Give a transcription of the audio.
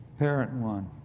parent one.